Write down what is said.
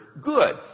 good